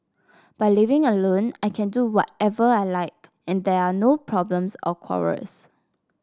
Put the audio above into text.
by living alone I can do whatever I like and there are no problems or quarrels